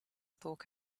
talk